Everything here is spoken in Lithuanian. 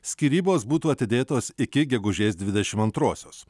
skyrybos būtų atidėtos iki gegužės dvidešim antrosios